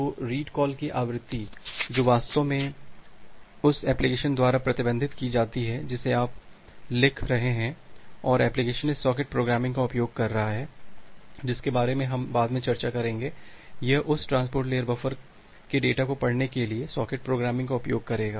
तो read call की आवृत्ति जो वास्तव में उस एप्लिकेशन द्वारा प्रबंधित की जाती है जिसे आप लिख रहे हैं और एप्लिकेशन इस सॉकेट प्रोग्रामिंग का उपयोग कर रहा है जिसके बारे में हम बाद में चर्चा करेंगे यह इस ट्रांसपोर्ट लेयर बफर के डेटा को पढ़ने के लिए सॉकेट प्रोग्रामिंग का उपयोग करेगा